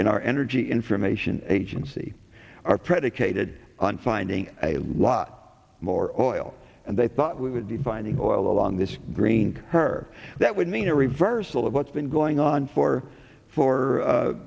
in our energy information agency are predicated on finding a lot more oil and they thought we would be finding oil along this green her that would mean a reversal of what's been going on for for